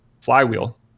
flywheel